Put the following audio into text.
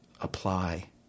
apply